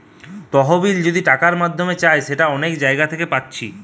তহবিল যদি টাকার মাধ্যমে চাই সেটা অনেক জাগা থিকে পাচ্ছি